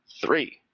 three